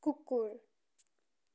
कुकुर